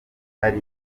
hari